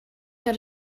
got